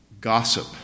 gossip